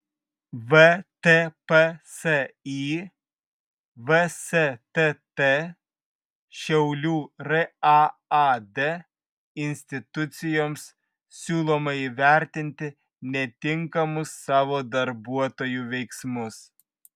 vtpsi vstt šiaulių raad institucijoms siūloma įvertinti netinkamus savo darbuotojų veiksmus